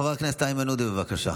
חבר הכנסת איימן עודה, בבקשה.